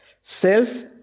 self